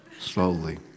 slowly